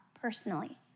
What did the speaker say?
personally